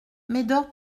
médor